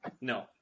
No